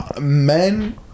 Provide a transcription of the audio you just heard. men